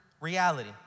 reality